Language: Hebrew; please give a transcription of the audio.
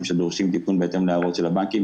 שדורשים תיקון בהתאם להערות של הבנקים.